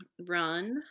Run